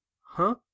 Huh